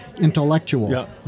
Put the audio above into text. intellectual